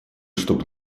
чтобы